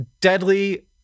deadly